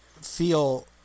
feel